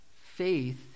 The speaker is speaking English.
Faith